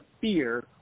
fear